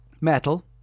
metal